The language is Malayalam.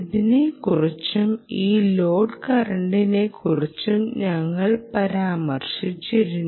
ഇതിനെക്കുറിച്ചും ഈ ലോഡ് കറന്റിനെക്കുറിച്ചും ഞങ്ങൾ പരാമർശിച്ചിരുന്നു